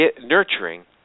nurturing